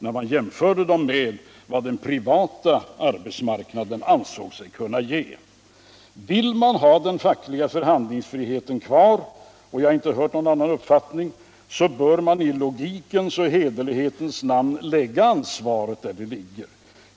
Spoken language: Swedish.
när man jämförde deras ltöner med vad den privata arbetsmarknaden ansåg sig kunna ge. Vill man ha den fackltiga förhandlingsfriheten kvar — och jag har inte hört någon annan uppfattning - bör man i logikens och hederlighetens namn lägga ansvaret där det skall ligga.